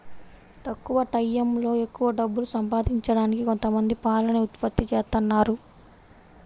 తక్కువ టైయ్యంలో ఎక్కవ డబ్బులు సంపాదించడానికి కొంతమంది పాలని ఉత్పత్తి జేత్తన్నారు